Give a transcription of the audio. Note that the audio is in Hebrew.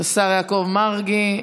את השר יעקב מרגי,